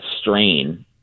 strain